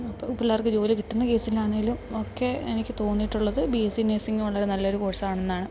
അപ്പം പിള്ളേർക്ക് ജോലി കിട്ടുന്ന കേസിനാണേലും ഒക്കെ എനിക്ക് തോന്നിട്ടുള്ളത് ബി എസ് സി നഴ്സിങ് വളരെ നല്ല ഒരു കോഴ്സാണെന്നാണ്